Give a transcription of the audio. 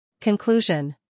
Conclusion